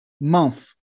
month